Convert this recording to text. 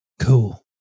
Cool